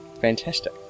Fantastic